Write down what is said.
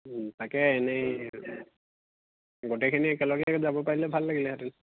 তাকে এনেই গোটেইখিনি একেলগে যাব পাৰিলে ভাল লাগিলেহেঁতেন